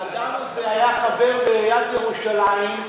האדם הזה היה חבר בעיריית ירושלים,